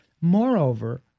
Moreover